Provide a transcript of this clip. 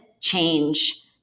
change